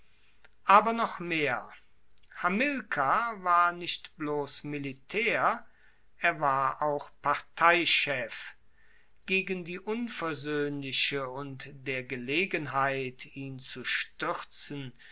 aber noch mehr hamilkar war nicht bloss militaer er war auch parteichef gegen die unversoehnliche und der gelegenheit ihn zu stuerzen